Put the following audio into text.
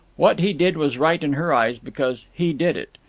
what he did was right in her eyes, because he did it,